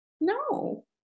no